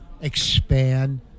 expand